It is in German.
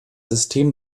system